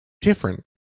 different